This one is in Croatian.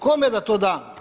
Kome da to dam?